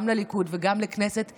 גם לליכוד וגם לכנסת ישראל,